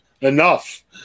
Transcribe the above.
enough